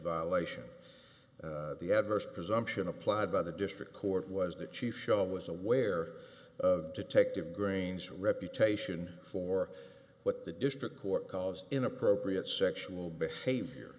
violation of the adverse presumption applied by the district court was the chief show i was aware of detective grange reputation for what the district court caused inappropriate sexual behavior